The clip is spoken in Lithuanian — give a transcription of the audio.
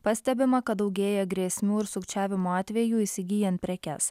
pastebima kad daugėja grėsmių ir sukčiavimo atvejų įsigyjant prekes